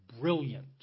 Brilliant